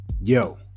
Yo